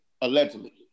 allegedly